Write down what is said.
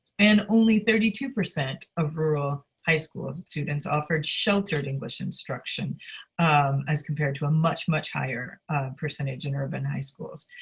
and only thirty two percent of rural high school students offered sheltered english instruction as compared to a much, much higher percentage in urban high schools.